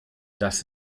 das